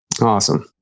Awesome